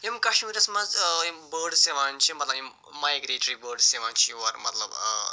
یِم کشمیٖرس منٛز یِم بٲرڈٕس یِوان چھِ مطلب یِم مایگرٛیٹری بٲرڈٕس یِوان چھِ یور مطلب